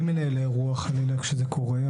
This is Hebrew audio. מי מנהל האירוע חלילה כשזה קורה?